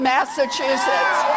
Massachusetts